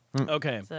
Okay